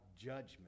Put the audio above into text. judgment